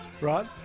right